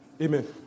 Amen